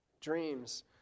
dreams